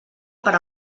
per